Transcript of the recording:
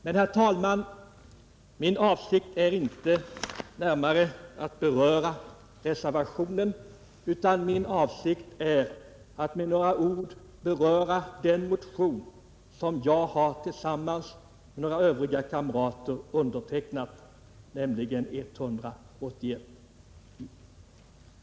Men, herr talman, min avsikt är inte att närmare beröra reservationen utan min avsikt är att med några ord beröra den motion, som jag tillsammans med några kamrater undertecknat, nämligen nr 181.